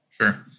Sure